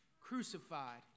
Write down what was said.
crucified